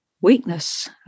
weakness